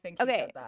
Okay